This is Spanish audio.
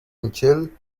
michelle